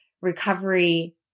recovery